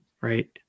right